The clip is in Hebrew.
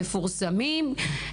מפורסמים?